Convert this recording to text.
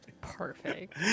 perfect